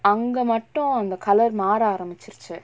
அங்க மட்டும் அந்த:anga mattum antha colour மாற ஆரம்பிருச்சு:maara aarambiruchu